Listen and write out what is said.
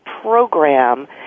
program